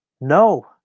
no